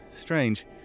Strange